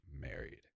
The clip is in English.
married